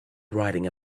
riding